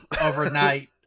overnight